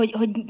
hogy